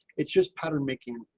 it's just pattern making.